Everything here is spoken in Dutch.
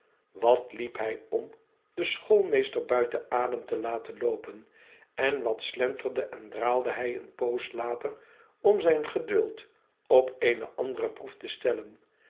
wat liep hij om den schoolmeester buiten adem te laten loopen en wat slenterde en draalde hij eene poos later om zijn geduld op eene andere proef te stellen